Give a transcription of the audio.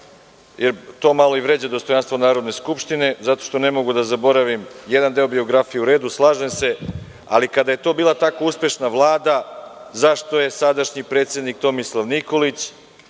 To malo i vređa dostojanstvo Narodne skupštine, zato što ne mogu da zaboravim jedan deo biografije. U redu, slažem se, ali kada je to bila tako uspešna Vlada, zašto je sadašnji predsednik Tomislav Nikolić